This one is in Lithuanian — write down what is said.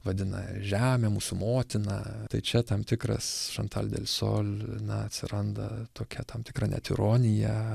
vadina žemę mūsų motina tai čia tam tikras šantal delsol na atsiranda tokia tam tikra net ironija